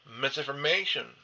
misinformation